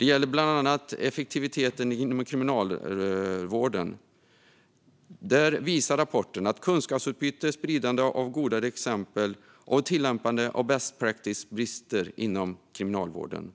En gäller bland annat effektiviteten inom Kriminalvården. Rapporten visar att kunskapsutbyte, spridande av goda exempel och tillämpande av best practice brister inom Kriminalvården.